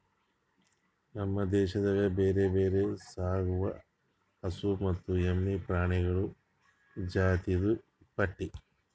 ನಮ್ ದೇಶದಾಗ್ ಬ್ಯಾರೆ ಬ್ಯಾರೆ ಸಾಕವು ಹಸು ಮತ್ತ ಎಮ್ಮಿ ಪ್ರಾಣಿಗೊಳ್ದು ಜಾತಿದು ಪಟ್ಟಿ